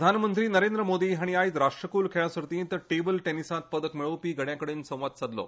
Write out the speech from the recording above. प्रधानमंत्री नरेंद्र मोदी हांणी आय़ज राष्ट्रकूल खेळां सर्तिंत टेबल टॅनिसांत पदक मेळोवपी गड्यांकडेन संवाद साधलो